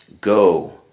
Go